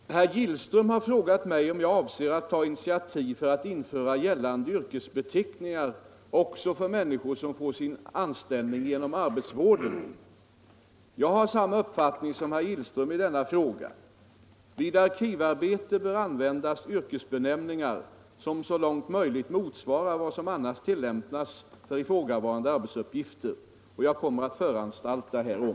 Herr talman! Herr Gillström har frågat mig om jag avser att ta initiativ för att införa gällande yrkesbeteckningar också för människor som får sin anställning genom arbetsvården. Jag har samma uppfattning som herr Gillström i denna fråga. Vid arkivarbete bör användas yrkesbenämningar som så långt möjligt motsvarar vad som annars tillämpas för liknande arbetsuppgifter. Jag kommer att föranstalta härom.